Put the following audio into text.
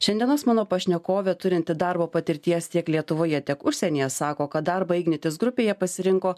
šiandienos mano pašnekovė turinti darbo patirties tiek lietuvoje tiek užsienyje sako kad darbą ignitis grupėje pasirinko